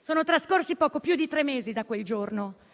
Sono trascorsi poco più di tre mesi da quel giorno,